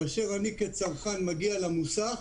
כאשר אני כצרכן מגיע למוסך,